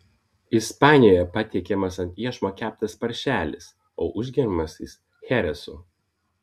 ispanijoje patiekiamas ant iešmo keptas paršelis o užgeriamas jis cheresu